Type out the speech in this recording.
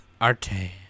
arte